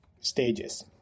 stages